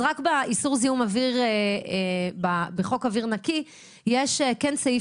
רק באיסור זיהום אוויר בחוק אוויר נקי יש סעיף